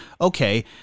okay